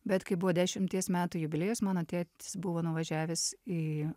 bet kai buvo dešimties metų jubiliejus mano tėtis buvo nuvažiavęs į